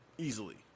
Easily